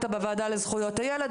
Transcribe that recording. אתה בוועדה לזכויות הילד.